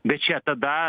bet čia tada